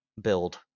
build